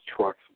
trucks